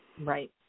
Right